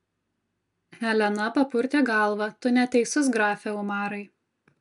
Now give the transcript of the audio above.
helena papurtė galvą tu neteisus grafe umarai